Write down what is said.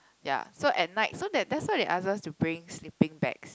ya so at night so that that's why they ask us to bring sleeping bags